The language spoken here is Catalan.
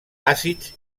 àcids